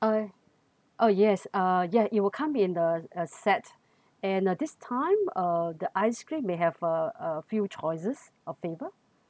uh uh yes uh yeah it will come in the a set and uh this time uh the ice cream they have uh a few choices of flavor